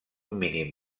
mínim